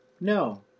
No